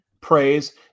praise